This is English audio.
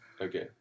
Okay